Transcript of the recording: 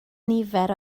nifer